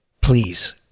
Please